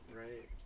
right